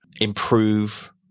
improve